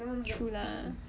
true lah